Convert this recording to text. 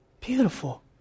Beautiful